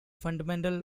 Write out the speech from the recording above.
fundamental